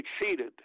succeeded